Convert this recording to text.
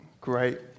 Great